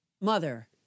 Mother